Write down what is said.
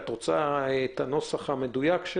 נקרא את הנוסח המדויק.